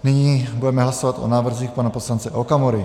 Nyní budeme hlasovat o návrzích pana poslance Okamury.